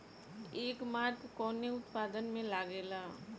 एगमार्क कवने उत्पाद मैं लगेला?